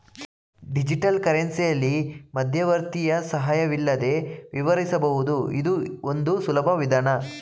digital ಕರೆನ್ಸಿಯಲ್ಲಿ ಮಧ್ಯವರ್ತಿಯ ಸಹಾಯವಿಲ್ಲದೆ ವಿವರಿಸಬಹುದು ಇದು ಒಂದು ಸುಲಭ ವಿಧಾನ